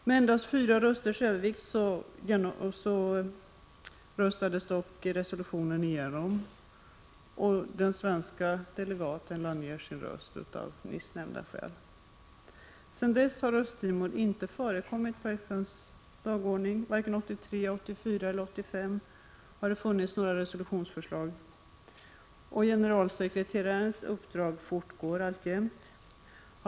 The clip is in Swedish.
Med endast fyra rösters övervikt röstades dock resolutionen igenom. Den svenska delegaten lade ned sin röst av nyss nämnda skäl. Sedan dess har Östra Timor inte förekommit på FN:s dagordning. Varken 1983, 1984 eller 1985 har det funnits några resolutionsförslag. Generalsekreterarens uppdrag sedan 1982 pågår alltjämt.